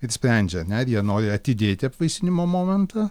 ir sprendžia ane ar jie nori atidėti apvaisinimo momentą